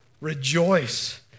Rejoice